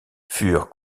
furent